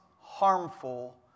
harmful